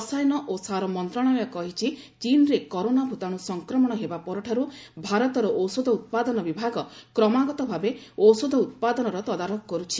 ରସାୟନ ଓ ସାର ମନ୍ତ୍ରଣାଳୟ କହିଛି ଚୀନ୍ରେ କରୋନା ଭୂତାଣୁ ସଂକ୍ରମଣ ହେବା ପରଠାରୁ ଭାରତର ଔଷଧ ଉତ୍ପାଦନ ବିଭାଗ କ୍ରମାଗତ ଭାବେ ଔଷଧ ଉତ୍ପାଦନର ତଦାରଖ କର୍ରଛି